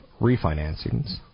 refinancings